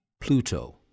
Pluto